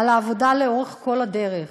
על העבודה לאורך כל הדרך,